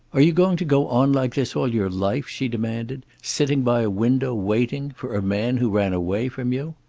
are you going to go on like this all your life? she demanded. sitting by a window, waiting? for a man who ran away from you?